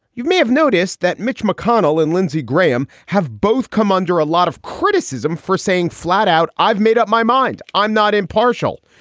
you may have noticed that mitch mcconnell and lindsey graham have both come under a lot of criticism for saying flat out, i've made up my mind. i'm not impartial.